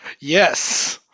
yes